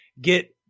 get